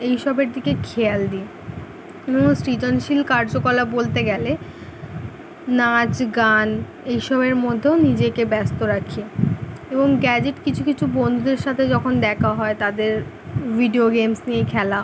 এইসবের দিকে খেয়াল দিই কোনো সৃজনশীল কার্যকলাপ বলতে গেলে নাচ গান এইসবের মধ্যেও নিজেকে ব্যস্ত রাখি এবং গ্যাজেট কিছু কিছু বন্ধুদের সাথে যখন দেখা হয় তাদের ভিডিও গেমস নিয়ে খেলা